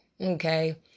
okay